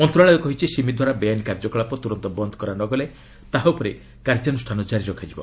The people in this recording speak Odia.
ମନ୍ତ୍ରଣାଳୟ କହିଛି ସିମି ଦ୍ୱାରା ବେଆଇନ୍ କାର୍ଯ୍ୟକଳାପ ତୁରନ୍ତ ବନ୍ଦ କରାନଗଲେ ତାହା ଉପରେ କାର୍ଯ୍ୟାନୁଷ୍ଠାନ କାରି ରଖାଯିବ